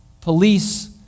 police